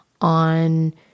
on